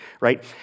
right